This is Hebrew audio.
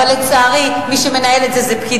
אבל, לצערי, מי שמנהל את זה זה פקידים.